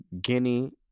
Guinea